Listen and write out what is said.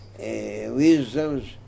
wisdoms